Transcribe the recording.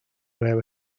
rare